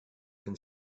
can